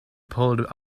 pulled